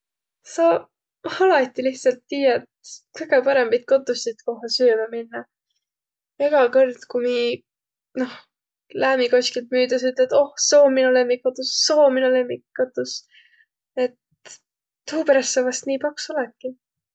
Sa alati lihtsält tiiät kõgõ parõmbit kotussit, kohe süümä minnäq. Ega kõrd, ku miiq, noh, läämiq kosklit müüdä, sa ütlet: oh, seo om mino lemmikkottus, seo om mino lemmikkottus, et tuuperäst sa vast nii paks olõtki.